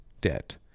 debt